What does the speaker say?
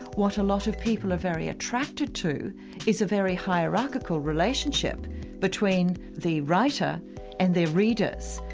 what a lot of people are very attracted to is a very hierarchical relationship between the writer and their readers.